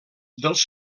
dels